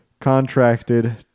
contracted